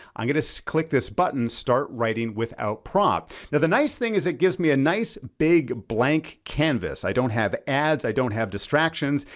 i'm gonna so click this button, start writing without prompt. now the nice thing is that it gives me a nice big blank canvas. i don't have ads, i don't have distractions.